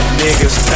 niggas